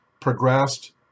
progressed